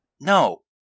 No